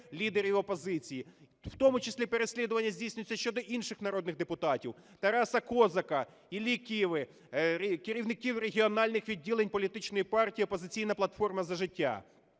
лідерів опозиції. В тому числі переслідування здійснюються щодо інших народних депутатів: Тараса Козака, Іллі Киви, керівників регіональних відділень політичної партії "Опозиційна платформа – За життя".